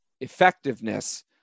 effectiveness